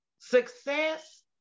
Success